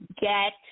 get